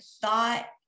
thought